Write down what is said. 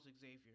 Xavier